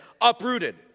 uprooted